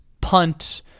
punt